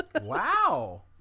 Wow